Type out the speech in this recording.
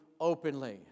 openly